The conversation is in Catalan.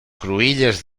cruïlles